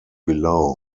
below